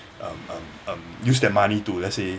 um um um use that money to let's say